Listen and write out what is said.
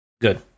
Good